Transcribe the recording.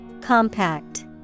Compact